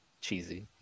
cheesy